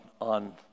on